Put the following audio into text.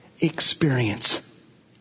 Experience